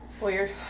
Weird